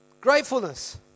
Gratefulness